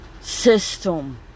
system